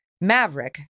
Maverick